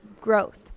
growth